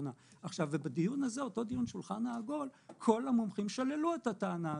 באותו דיון שולחן עגול כל המומחים שללו את הטענה הזאת.